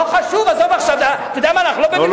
לא חשוב, עזוב, אנחנו לא במלחמה.